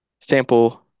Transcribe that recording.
sample